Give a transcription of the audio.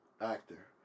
actor